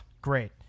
great